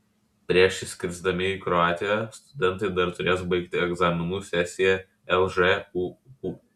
prieš išskrisdami į kroatiją studentai dar turės baigti egzaminų sesiją lžūu